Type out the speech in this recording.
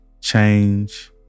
change